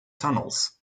tunnels